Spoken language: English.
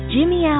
Jimmy